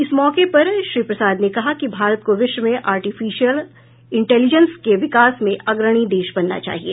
इस मौके पर श्री प्रसाद ने कहा कि भारत को विश्व में आर्टिफिशियल इंटेलिजेंस के विकास में अग्रणी देश बनना चाहिए